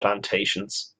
plantations